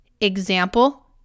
Example